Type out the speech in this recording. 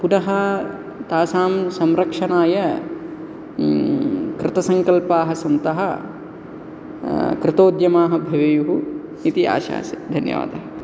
पुनः तासां संरक्षणाय कृतसङ्कल्पाः सन्तः कृतोद्यमाः भवेयुः इति आशासे धन्यवादः